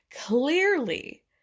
Clearly